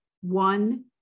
One